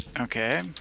okay